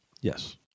yes